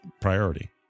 priority